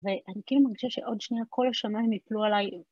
ואני כאילו מרגישה שעוד שנייה כל השמיים יפלו עליי.